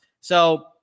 So-